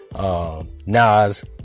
Nas